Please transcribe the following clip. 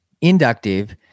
inductive